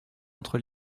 entre